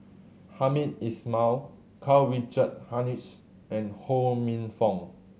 Hamed Ismail Karl Richard Hanitsch and Ho Minfong